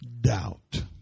doubt